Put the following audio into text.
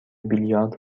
بیلیارد